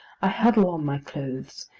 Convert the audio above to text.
i huddle on my clothes,